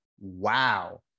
Wow